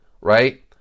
right